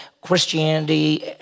Christianity